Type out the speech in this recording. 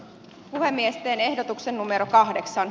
tämä miesten ehdotuksen numero kahdeksan